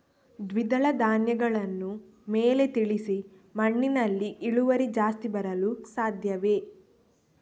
ದ್ವಿದಳ ಧ್ಯಾನಗಳನ್ನು ಮೇಲೆ ತಿಳಿಸಿ ಮಣ್ಣಿನಲ್ಲಿ ಇಳುವರಿ ಜಾಸ್ತಿ ಬರಲು ಸಾಧ್ಯವೇ?